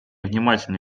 внимательно